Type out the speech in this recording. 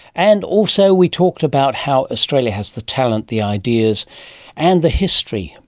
and also we talked about how australia has the talent, the ideas and the history,